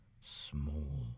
small